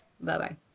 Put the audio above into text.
Bye-bye